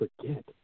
forget